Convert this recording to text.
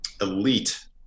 elite